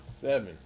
Seven